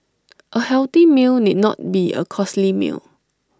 A healthy meal need not be A costly meal